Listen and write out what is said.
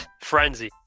frenzy